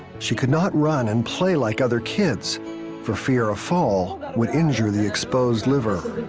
she could not run and play like other kids for fear a fall would injury the exposed liver.